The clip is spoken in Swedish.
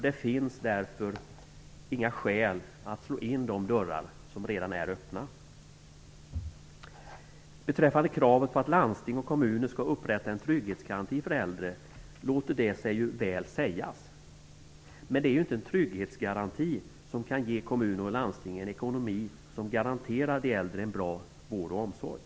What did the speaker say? Det finns därför inga skäl att slå in dörrar som redan är öppna. Kravet på att landsting och kommuner skall upprätta en trygghetsgaranti för äldre låter sig väl sägas. Men det är inte en trygghetsgaranti som kan ge kommuner och landsting en ekonomi som garanterar de äldre en god vård och omsorg.